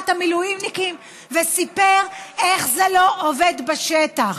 המילואימניקים וסיפר איך זה לא עובד בשטח,